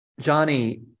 Johnny